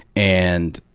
and,